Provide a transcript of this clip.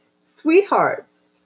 sweethearts